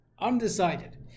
undecided